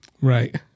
Right